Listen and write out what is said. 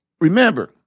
remember